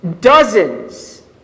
dozens